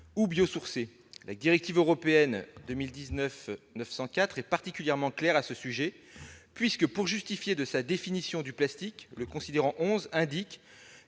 ou biosourcés. La directive européenne 2019/904 est particulièrement claire à ce sujet. En effet, pour justifier de sa définition du plastique, il est indiqué